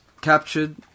captured